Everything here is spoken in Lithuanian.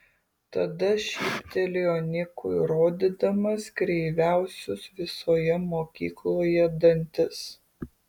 tada šyptelėjo nikui rodydamas kreiviausius visoje mokykloje dantis